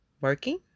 working